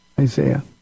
Isaiah